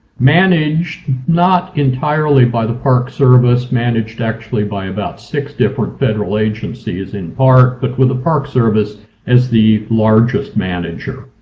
managed not entirely by the park service. managed actually by about six different federal agencies in part, but with the park service as the largest manager.